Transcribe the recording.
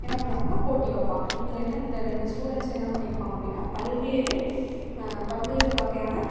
என்ன பண்ணுவாங்கன்னால் போட்டி வைப்பாங்க இவங்க என்ன இந்த ரெண்டு ஸ்டூடண்ட்ஸ் என்ன பண்ணியிருப்பாங்க அப்படின்னா பல்வேறு பல்வேறு வகையான